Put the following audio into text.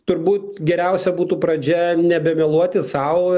turbūt geriausia būtų pradžia nebemeluoti sau